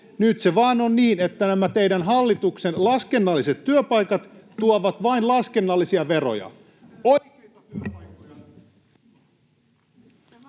Nyt se vaan on niin, että nämä teidän hallituksenne laskennalliset työpaikat tuovat vain laskennallisia veroja.